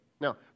Now